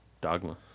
Dogma